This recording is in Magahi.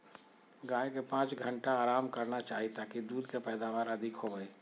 गाय के पांच घंटा आराम करना चाही ताकि दूध के पैदावार अधिक होबय